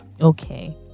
okay